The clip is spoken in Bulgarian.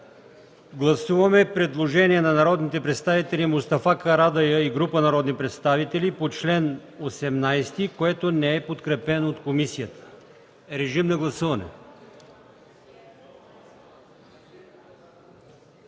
Гласуваме предложението на народния представител Мустафа Карадайъ и група народни представители, което не е подкрепено от комисията. Гласували